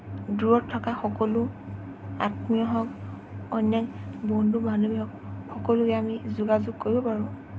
দূৰত থকা সকলো আত্মীয় হওক অনেক বন্ধু বান্ধৱীসকল সকলোৱে আমি যোগাযোগ কৰিব পাৰোঁ